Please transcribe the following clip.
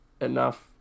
enough